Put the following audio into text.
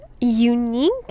unique